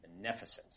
beneficent